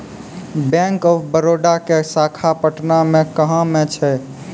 Bank of Baroda के शाखा पटना मे कहां मे छै?